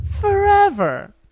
Forever